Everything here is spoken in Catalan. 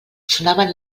sonaven